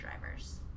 drivers